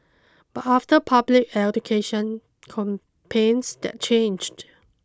but after public education campaigns that changed